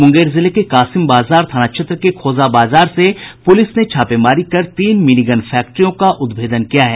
मुंगेर जिले के कासिम बाजार थाना क्षेत्र के खोजा बाजार में पूलिस ने छापेमारी कर तीन मिनी गन फैक्ट्रियों का उद्भेदन किया है